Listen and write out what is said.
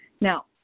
Now